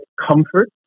comfort